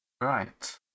right